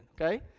okay